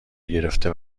گرفته